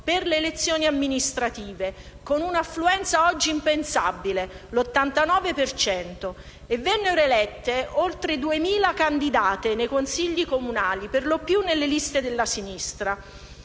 per le elezioni amministrative, con un'affluenza oggi impensabile: l'89 per cento. Vennero elette oltre 2.000 candidate nei Consigli comunali, per lo più nelle liste della sinistra.